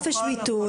בעניין חופש ביטוי,